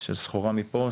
של סחורה מפה,